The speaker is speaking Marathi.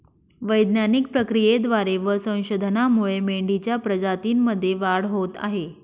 वैज्ञानिक प्रक्रियेद्वारे व संशोधनामुळे मेंढीच्या प्रजातीमध्ये वाढ होत आहे